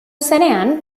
zenean